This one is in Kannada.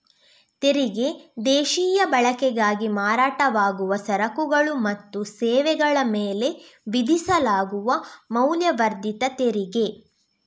ತೆರಿಗೆ ದೇಶೀಯ ಬಳಕೆಗಾಗಿ ಮಾರಾಟವಾಗುವ ಸರಕುಗಳು ಮತ್ತು ಸೇವೆಗಳ ಮೇಲೆ ವಿಧಿಸಲಾಗುವ ಮೌಲ್ಯವರ್ಧಿತ ತೆರಿಗೆ